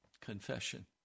confession